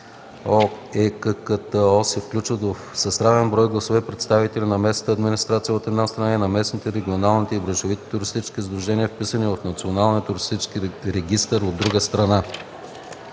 ОЕККТО се включват с равен брой гласове представители на местната администрация, от една страна, и на местните, регионалните и браншовите туристически сдружения, вписани в Националния